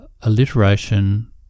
alliteration